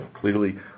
clearly